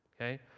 Okay